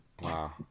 wow